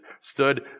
stood